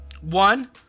one